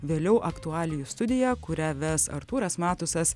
vėliau aktualijų studija kurią ves artūras matusas